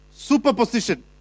Superposition